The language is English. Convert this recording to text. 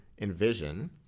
envision